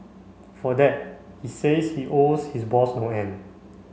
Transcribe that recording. for that he says he owes his boss no end